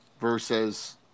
versus